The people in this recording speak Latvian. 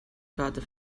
kāda